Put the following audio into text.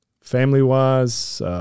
Family-wise